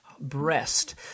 Breast